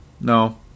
No